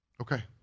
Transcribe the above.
okay